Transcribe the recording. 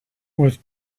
with